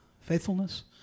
faithfulness